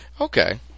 Okay